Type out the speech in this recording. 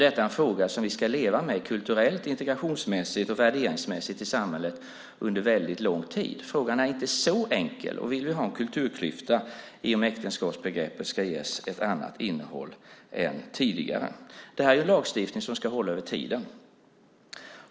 Detta är en fråga som vi ska leva med kulturellt, integrationsmässigt och värderingsmässigt i samhället under lång tid. Frågan är inte så enkel. Vill vi ha den kulturklyfta vi får om äktenskapsbegreppet ska ges ett annat innehåll än tidigare? Det här är en lagstiftning som ska hålla över tiden.